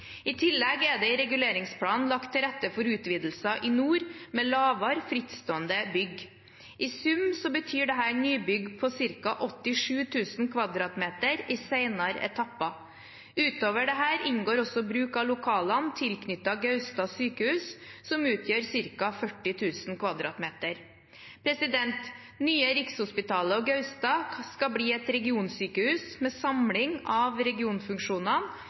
i Oslo Science City. I tillegg er det i reguleringsplanen lagt til rette for utvidelser i nord med lavere, frittstående bygg. I sum betyr dette nybygg på ca. 87 000 m 2 i senere etapper. Utover dette inngår også bruk av lokalene tilknyttet Gaustad sykehus, som utgjør ca. 40 000 m 2 . Nye Rikshospitalet og Gaustad skal bli et regionsykehus med samling av regionfunksjonene